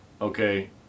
Okay